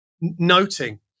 noting